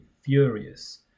furious